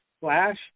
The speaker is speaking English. flash